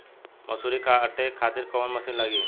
मसूरी काटे खातिर कोवन मसिन लागी?